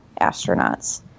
astronauts